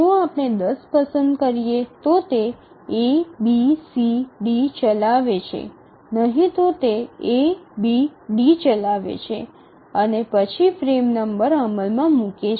જો આપણે ૧0 પસંદ કરીએ તો તે A B C D ચલાવે છે નહીં તો તે A B D ચલાવે છે અને પછી ફ્રેમ નંબર અમલમાં મૂકે છે